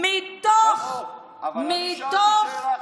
אבל אני שאלתי שאלה אחרת.